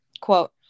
quote